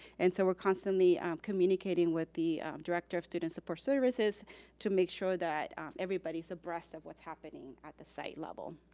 and so we're constantly communicating with the director of student support services to make sure that everybody is abreast of what's happening at the site level.